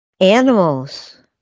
Animals